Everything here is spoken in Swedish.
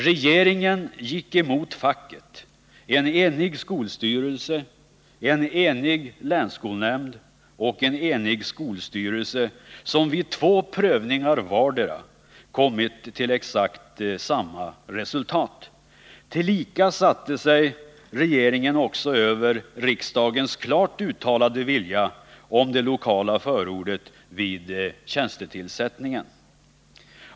Regeringen gick emot facket, en enig skolstyrelse, en enig länsskolnämnd och en enig skolöverstyrelse som vid två prövningar vardera kommit till exakt samma resultat. Tillika satte sig regeringen också över riksdagens klart uttalade vilja om det lokala förordet vid tjänstetillsättningen.